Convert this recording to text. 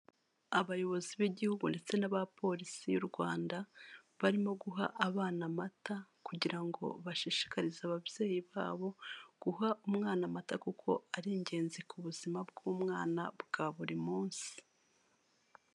Abayobozi b'igihugu ndetse n'aba polisi y'u Rwanda, barimo guha abana amata kugira ngo bashishikarize ababyeyi babo guha umwana amata kuko ari ingenzi ku buzima bw'umwana bwa buri munsi.